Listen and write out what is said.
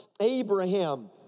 Abraham